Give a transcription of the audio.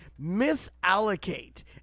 misallocate